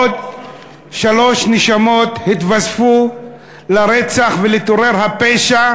עוד שלוש נשמות התווספו לרצח ולטרור הפשע